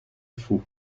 fou